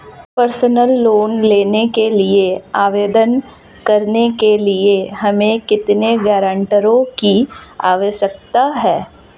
Personal loan के लिए आवेदन करने के लिए हमें कितने गारंटरों की आवश्यकता है?